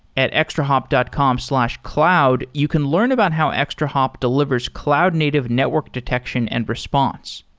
at extrahop dot com slash cloud, you can learn about how extrahop delivers cloud-native network detection and response.